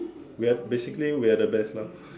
we are basically we are the best lah